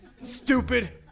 Stupid